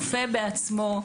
רופא בעצמו,